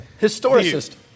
Historicist